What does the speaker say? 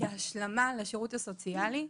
כהשלמה לשירות הסוציאלי,